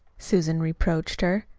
susan reproached her.